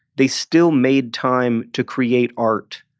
they still made time to create art,